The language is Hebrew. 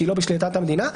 שהיא לא בשליטת המדינה,